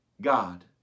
God